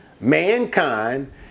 mankind